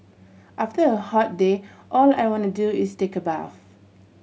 after a hot day all I want to do is take a bath